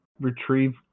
retrieve